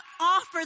offer